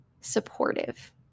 supportive